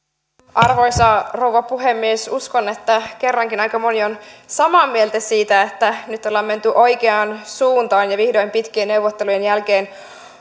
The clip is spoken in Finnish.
arvoisa rouva puhemies uskon että kerrankin aika moni on samaa mieltä siitä että nyt on menty oikeaan suuntaan vihdoin pitkien neuvottelujen jälkeen